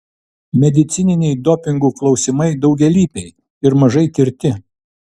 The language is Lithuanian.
medicininiai dopingų klausimai daugialypiai ir mažai tirti